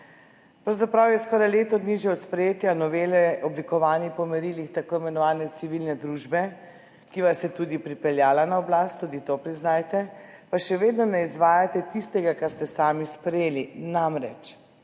Pravzaprav je skoraj že leto dni od sprejetja novele, oblikovane po merilih tako imenovane civilne družbe, ki vas je tudi pripeljala na oblast, tudi to priznajte, pa še vedno ne izvajate tistega, kar ste sami sprejeli. Namreč,